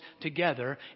together